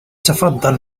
تفضل